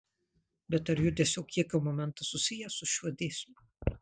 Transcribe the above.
bet ar judesio kiekio momentas susijęs su šiuo dėsniu